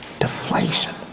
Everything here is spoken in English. deflation